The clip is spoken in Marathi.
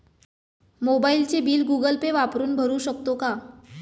मोबाइलचे बिल गूगल पे वापरून भरू शकतो का?